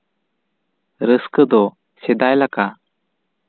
ᱨᱟᱹᱥᱠᱟᱹ ᱫᱚ ᱥᱮᱫᱟᱭ ᱞᱮᱠᱟ